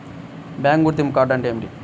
Bank గుర్తింపు card అంటే ఏమిటి?